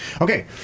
Okay